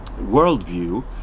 worldview